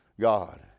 God